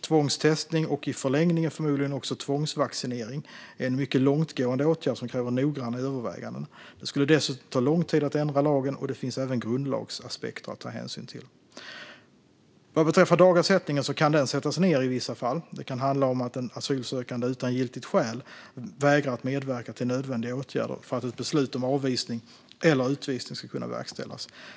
Tvångstestning - och i förlängningen förmodligen också tvångsvaccinering - är en mycket långtgående åtgärd som kräver noggranna överväganden. Det skulle dessutom ta lång tid att ändra lagen, och det finns även grundlagsaspekter att ta hänsyn till. Vad beträffar dagersättningen kan den sättas ned i vissa fall. Det kan handla om att den asylsökande utan giltigt skäl vägrar att medverka till nödvändiga åtgärder för att ett beslut om avvisning eller utvisning ska kunna verkställas.